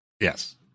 yes